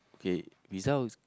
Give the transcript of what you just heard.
okay pizza